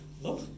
look